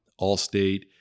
Allstate